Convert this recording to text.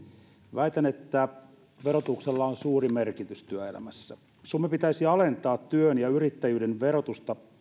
väitän että verotuksella on suuri merkitys työelämässä suomen pitäisi alentaa työn ja yrittäjyyden verotusta